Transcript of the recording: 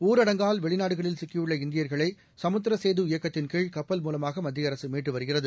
ஊரடங்கால் வெளிநாடுகளில் சிக்கியுள்ள இந்தியர்களை சமுத்திர சேது இயக்கத்தின்கீழ் கப்பல் மூலமாக மத்திய அரசு மீட்டு வருகிறது